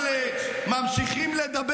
אתם עשיתם עסקים.